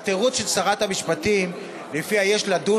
התירוץ של שרת המשפטים שלפיו יש לדון